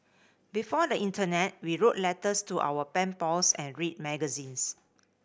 before the internet we wrote letters to our pen pals and read magazines